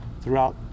throughout